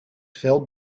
filled